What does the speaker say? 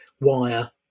wire